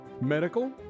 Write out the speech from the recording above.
medical